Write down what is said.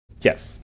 Yes